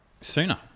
sooner